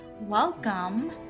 welcome